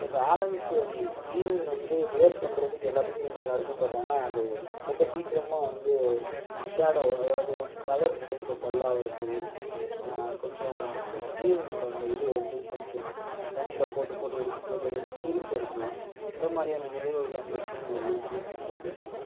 so the Allen Solly jean வந்து wear பண்ணுறதுக்கு எல்லாத்துக்குமே நல்லா இருக்கும் பட் ஆனால் அது ரொம்ப சீக்கிரமாக வந்து ஷாடோவ் அதாவது கலர் கொஞ்சம் டல்லா ஆவரது கொஞ்சம் அந்த ஜீன்னோடய இந்த இது வந்து கொஞ்சம் தண்ணியில் போட்டு போட்டு எடுக்கும் போது சுருங்கறது இந்த மாதிரியான நிகழ்வுகள் அந்த ஜீன்யில் இருக்குது நான் அதை ஃபீல் பண்ண